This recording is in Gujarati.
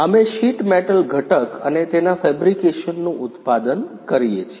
અમે શીટ મેટલ ઘટક અને તેના ફેબ્રિકેશનનું ઉત્પાદન કરીએ છીએ